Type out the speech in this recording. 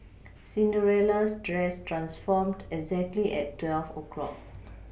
Cinderella's dress transformed exactly at twelve o' clock